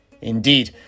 Indeed